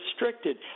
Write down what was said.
restricted